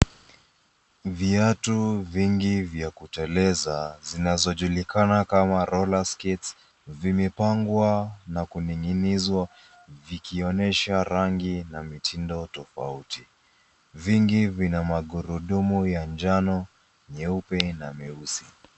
Viati vingi vya kuteleza zinazijulikana kama roller skates vimepangwa na kuninginizwa vikionyesha rangi na mitindo tofauti. Vingi vina magurudumu ya njano, nyeupe na meusi.